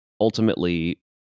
ultimately